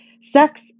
sex